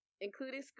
including